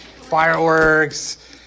fireworks